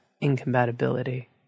incompatibility